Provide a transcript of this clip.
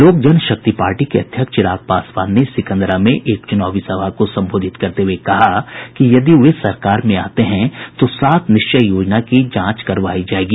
लोक जनशक्ति पार्टी के अध्यक्ष चिराग पासवान ने सिकंदरा में एक चुनावी सभा को संबोधित करते हये कहा कि यदि वे सरकार में आते हैं तो सात निश्चय योजना की जांच करवाई जायेगी